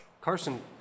Carson